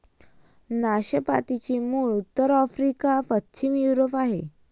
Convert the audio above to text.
नाशपातीचे मूळ उत्तर आफ्रिका, पश्चिम युरोप आहे